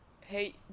hey